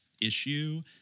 issue